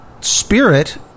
spirit